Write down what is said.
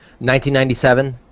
1997